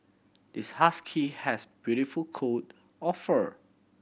this husky has beautiful coat of fur